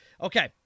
Okay